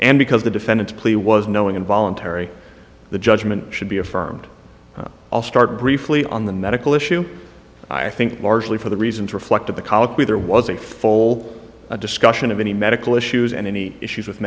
end because the defendants plea was knowing involuntary the judgment should be affirmed i'll start briefly on the medical issue i think largely for the reasons reflected the colloquy there was a full discussion of any medical issues and any issues with